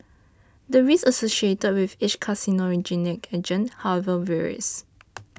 the risk associated with each carcinogenic agent however varies